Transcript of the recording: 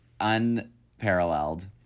unparalleled